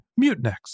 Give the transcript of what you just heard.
Mutinex